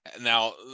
Now